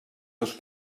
dos